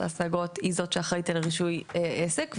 ההשגות היא זו שאחראית על רישוי עסק.